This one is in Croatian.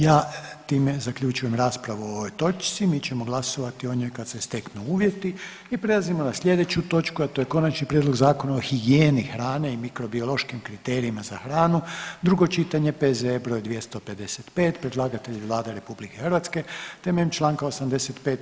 Ja time zaključujem raspravu o ovoj točci, mi ćemo glasovati o njoj kad se steknu uvjeti. i prelazimo na slijedeću točku, a to je: - Konačni prijedlog Zakona o higijeni hrane i mikrobiološkim kriterijima za hranu, drugo čitanje, P.Z.E. 255 Predlagatelj je Vlada RH temeljem Članka 85.